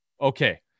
Okay